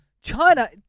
China